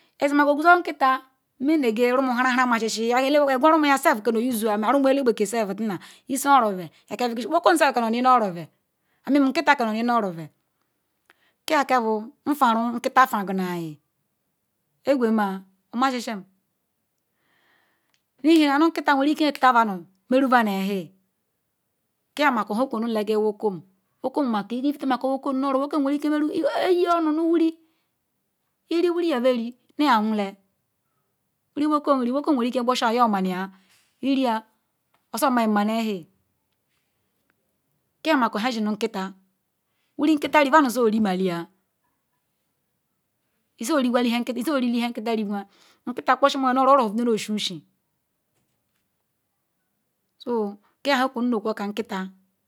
Ale rumukitanbezi ohon ba nu orobel ozo bunkital izohun nu oro bel boguoma obo ema oma sisam ihinum anu kintal werike tabadon kam makol wokom ibi wokay nu oro wokom wari then yinonu nu wiri iri wiri kam yo wonna wokon wariken riyabosia omayen iri oza mamo nu ehin kim masi onu nu kital wiri nkintal rilzo rimalia nkintal pushimo yon nuero oro bido nashin shin so kia han merum onejinu kwu oka kintal